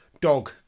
dog